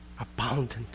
abundant